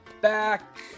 back